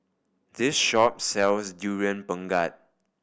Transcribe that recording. this shop sells Durian Pengat